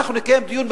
אנחנו נקיים דיון,